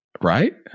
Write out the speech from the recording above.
Right